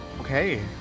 Okay